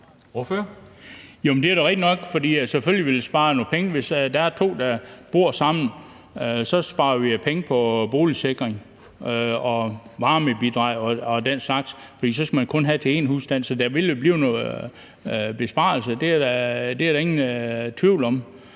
det er da rigtigt nok, at vi selvfølgelig ville spare nogle penge. Hvis der er to, der bor sammen, sparer vi jo penge på boligsikring, varmebidrag og den slags, for så skal det kun være til en husstand i stedet for to. Så der ville der blive nogle besparelser; det er der ingen tvivl om.